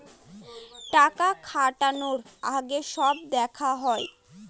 টাকা খাটানোর আগে সব দেখা হয়